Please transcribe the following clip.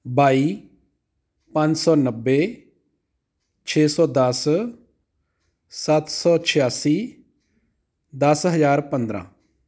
ਬਾਈ ਪੰਜ ਸੌ ਨੱਬੇ ਛੇ ਸੌ ਦਸ ਸੱਤ ਸੌ ਛਿਆਸੀ ਦਸ ਹਜ਼ਾਰ ਪੰਦਰਾਂ